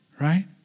right